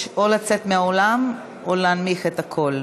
או לצאת מהאולם או להנמיך את הקול.